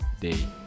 day